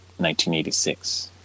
1986